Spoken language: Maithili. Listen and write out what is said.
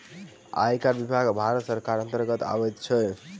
आयकर विभाग भारत सरकारक अन्तर्गत अबैत अछि